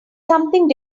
something